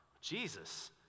Jesus